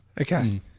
Okay